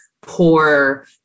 poor